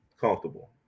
comfortable